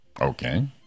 okay